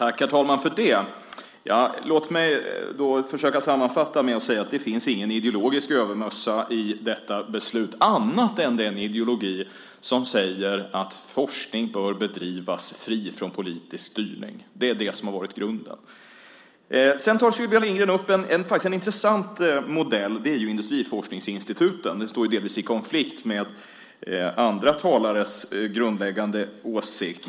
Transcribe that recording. Herr talman! Låt mig försöka sammanfatta med att säga att det inte finns en ideologisk övermössa i detta beslut, annat än den ideologi som säger att forskning bör bedrivas fri från politisk styrning. Det är det som har varit grunden. Sylvia Lindgren tar upp en intressant modell, nämligen industriforskningsinstituten. Den står delvis i konflikt med andra talares grundläggande åsikt.